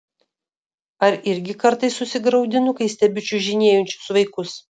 ar irgi kartais susigraudinu kai stebiu čiužinėjančius vaikus